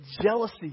jealousy